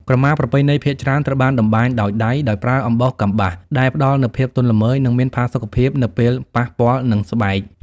ក្រមាប្រពៃណីភាគច្រើនត្រូវបានតម្បាញដោយដៃ ដោយប្រើអំបោះកប្បាស ដែលផ្តល់នូវភាពទន់ល្មើយ និងមានផាសុកភាពនៅពេលប៉ះពាល់នឹងស្បែក។